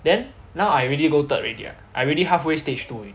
then now I already go third already ah I already half way stage two already